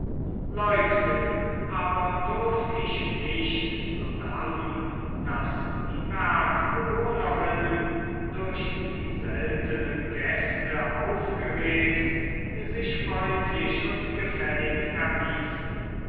leugnen aber dürft ich nicht sodann daß die bergbewohnerinnen durch die seltenen gäste aufgeregt sich freundlich und gefällig erwiesen